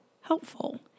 helpful